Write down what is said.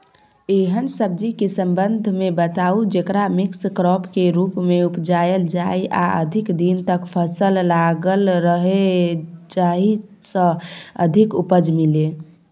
एहन सब्जी के संबंध मे बताऊ जेकरा मिक्स क्रॉप के रूप मे उपजायल जाय आ अधिक दिन तक फसल लागल रहे जाहि स अधिक उपज मिले?